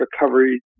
recovery